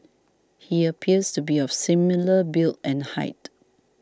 he appears to be of similar build and height